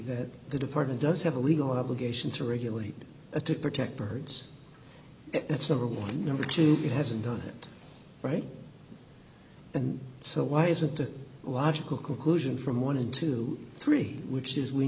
that the department does have a legal obligation to regulate to protect birds that's number one number two it hasn't done it right and so why isn't a logical conclusion from one hundred and twenty three which is we